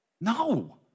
No